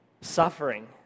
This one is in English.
suffering